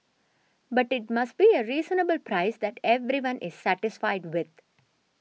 but it must be a reasonable price that everyone is satisfied with